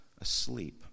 asleep